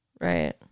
Right